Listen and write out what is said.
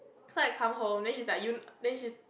so I come home then she like you then she's